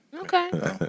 Okay